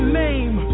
name